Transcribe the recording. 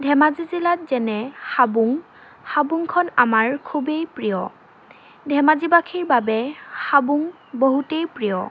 ধেমাজি জিলাত যেনে হাবুং হাবুংখন আমাৰ খুবেই প্ৰিয় ধেমাজিবাসীৰ বাবে হাবুং বহুতেই প্ৰিয়